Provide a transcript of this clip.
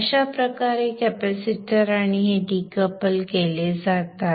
अशा प्रकारे कॅपेसिटर आणि हे डिकपल केले जातात